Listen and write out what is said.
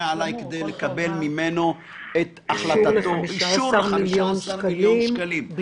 עלי כדי לקבל ממנו אישור ל-15 מיליון שקלים.